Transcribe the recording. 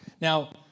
Now